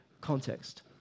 context